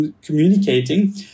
communicating